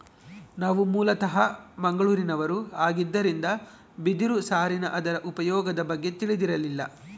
ನಾವು ಮೂಲತಃ ಮಂಗಳೂರಿನವರು ಆಗಿದ್ದರಿಂದ ಬಿದಿರು ಸಾರಿನ ಅದರ ಉಪಯೋಗದ ಬಗ್ಗೆ ತಿಳಿದಿರಲಿಲ್ಲ